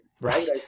Right